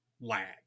lag